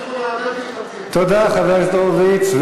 תודה, חבר הכנסת הורוביץ.